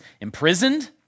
imprisoned